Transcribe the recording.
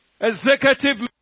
executive